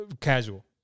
casual